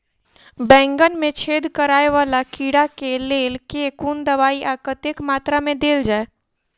बैंगन मे छेद कराए वला कीड़ा केँ लेल केँ कुन दवाई आ कतेक मात्रा मे देल जाए?